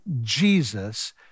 Jesus